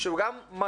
שהוא גם מחליט,